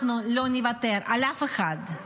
אנחנו לא נוותר על אף אחד.